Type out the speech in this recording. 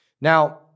Now